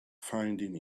finding